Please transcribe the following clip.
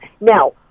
Now